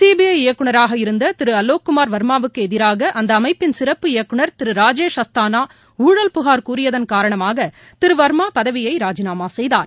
CBI இயக்குநராக இருந்த திருஅலோக்குமார் வாமாவுக்கு எதிராக அந்த அமைப்பின் சிறப்பு இயக்குநர் திரு ராஜேஷ் அஸ்தானா ஊழல் புகார் கூறியதன் காரணமாக திரு வர்மா பதவியை ராஜினாமா செய்தார்